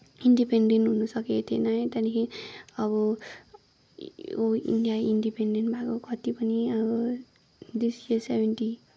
independent हुनसकेको थिएन है त्यहाँदेखि अब ऊ इन्डिया इन्डिपेन्डेन्ट भएको कति पनि अब दृश्य सेभेन्टी